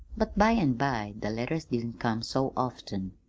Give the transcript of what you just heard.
but by an' by the letters didn't come so often.